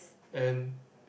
and